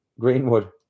Greenwood